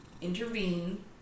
intervene